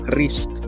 risk